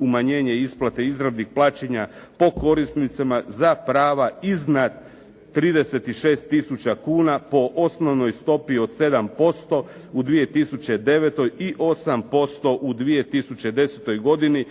umanjenje isplate izravnih plaćanja po korisnicima za prava iznad 36 tisuća kuna po osnovnoj stopi od 7% u 2009. i 8% u 2010. godini,